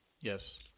Yes